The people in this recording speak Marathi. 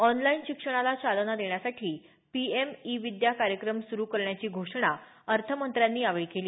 ऑनलाईन शिक्षणाला चालना देण्यासाठी पीएम ई विद्या कार्यक्रम सुरु करण्याची घोषणा अर्थमंत्र्यांनी यावेळी केली